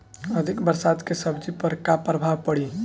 अधिक बरसात के सब्जी पर का प्रभाव पड़ी?